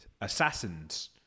assassins